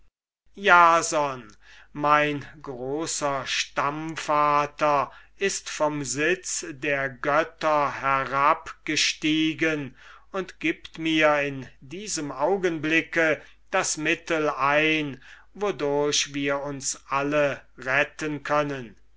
jason mein großer stammvater ist vom sitz der götter herabgestiegen und gibt mir in diesem augenblick das mittel ein wodurch wir uns alle retten können